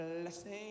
Blessing